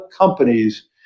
companies